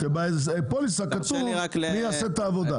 כי בפוליסה כתוב מי יעשה את העבודה.